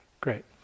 Great